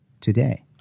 today